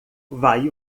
vai